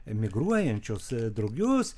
migruojančius drugius